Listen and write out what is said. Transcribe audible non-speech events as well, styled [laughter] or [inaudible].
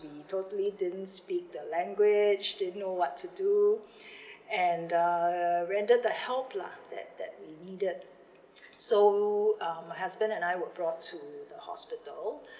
we totally didn't speak the language [breath] didn't know what to do [breath] and uh render to help lah that that we needed [breath] so um my husband and I were brought to the hospital